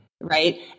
Right